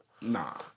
Nah